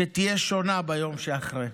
שתהיה שונה ביום שאחרי?